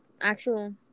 actual